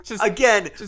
Again